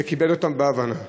וקיבל אותן בהבנה.